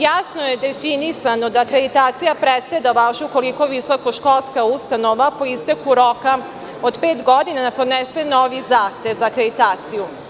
Jasno je definisano da akreditacija prestaje da važi ukoliko visokoškolska ustanova po isteku roka od pet godina ne podnese novi zahtev za akreditaciju.